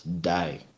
die